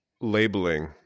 Labeling